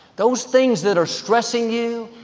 those things that are stressing you,